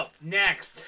next